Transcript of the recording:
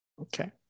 Okay